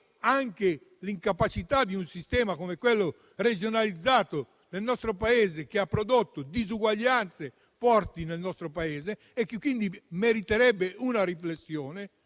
anche l'incapacità di un sistema come quello regionalizzato del nostro Paese, che ha prodotto disuguaglianze forti e che quindi meriterebbe una riflessione.